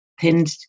pinned